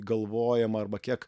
galvojama arba kiek